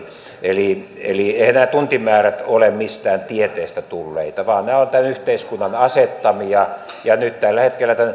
eli eli eiväthän nämä tuntimäärät ole mistään tieteestä tulleita vaan ne ovat tämän yhteiskunnan asettamia ja nyt tällä hetkellä